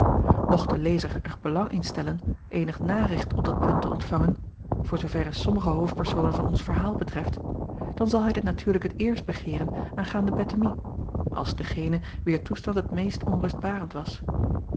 de lezer er belang in stellen eenig naricht op dat punt te ontvangen voor zooverre sommige hoofdpersonen van ons verhaal betreft dan zal hij dit natuurlijk het eerst begeeren aangaande ette acob van ennep laasje evenster delen mie als degene wier toestand het meest onrustbarend was